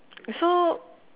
so